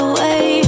away